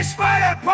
Spider